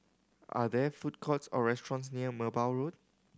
are there food courts or restaurants near Merbau Road